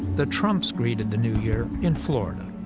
the trumps greeted the new year in florida.